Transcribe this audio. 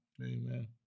Amen